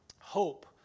hope